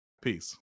Peace